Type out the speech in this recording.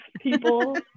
people